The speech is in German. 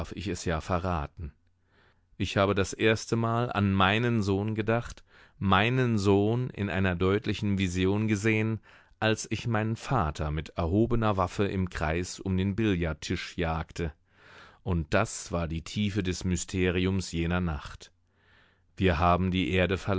ich es ja verraten ich habe das erstemal an meinen sohn gedacht meinen sohn in einer deutlichen vision gesehen als ich meinen vater mit erhobener waffe im kreis um den billardtisch jagte und das war die tiefe des mysteriums jener nacht wir haben die erde